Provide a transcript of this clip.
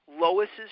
Lois's